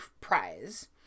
Prize